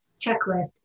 checklist